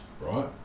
right